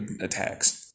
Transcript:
attacks